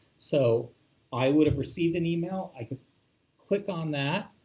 so i would have received an email, i could click on that.